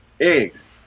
eggs